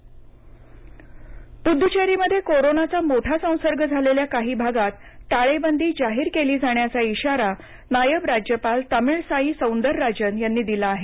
Puducherry covid पुद्दचेरीमध्ये कोरोनाचा मोठा संसर्ग झालेल्या काही भागात टाळेबंदी जाहीर केली जाण्याचा इशारा नायब राज्यपाल तामिळसाई सौंदरराजन यांनी दिला आहे